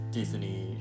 Disney